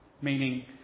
Meaning